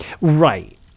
Right